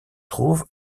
trouve